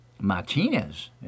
Martinez